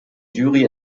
jury